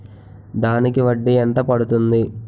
దానికి వడ్డీ ఎంత పడుతుంది?